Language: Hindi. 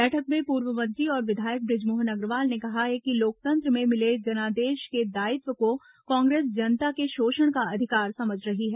बैठक में पूर्व मंत्री और विधायक बृजमोहन अग्रवाल ने कहा कि लोकतंत्र में मिले जनादेश के दायित्व को कांग्रेस जनता के शोषण का अधिकार समझ रही है